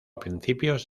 principios